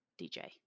DJ